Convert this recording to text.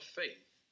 faith